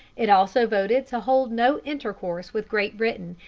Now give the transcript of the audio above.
it also voted to hold no intercourse with great britain,